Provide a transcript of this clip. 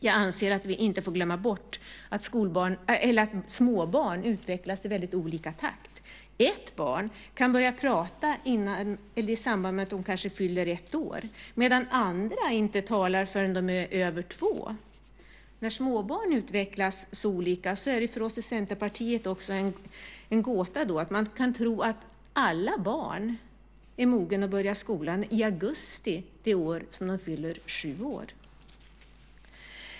Jag anser att vi inte får glömma bort att småbarn utvecklas i väldigt olika takt. Ett barn kan börja prata innan eller i samband med att det fyller ett år, medan andra inte talar förrän de är över två. När småbarn utvecklas så olika är det för oss i Centerpartiet en gåta att man kan tro att alla barn är mogna att börja skolan i augusti det år de fyller sju år.